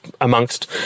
amongst